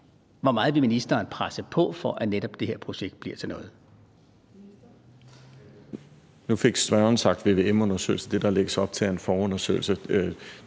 Hvor meget vil ministeren presse på for, at netop det her projekt bliver til noget?